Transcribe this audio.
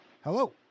Hello